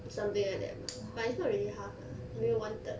something like that bah but it's not really half lah maybe one third